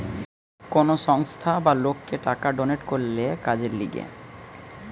কোন সংস্থা বা লোককে টাকা ডোনেট করলে কাজের লিগে